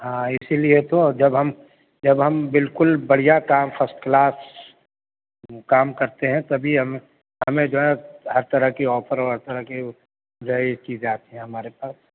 ہاں اسی لیے تو جب ہم جب ہم بالکل بڑھیا کام فسٹ کلاس کام کرتے ہیں تبھی ہم ہمیں جو ہے ہر طرح کی آفر ہر طرح کی جو ہے یہ چیزیں آتی ہیں ہمارے پاس